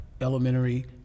elementary